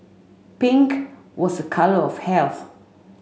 pink was a colour of health